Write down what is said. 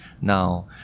now